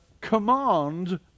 command